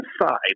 inside